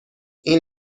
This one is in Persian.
این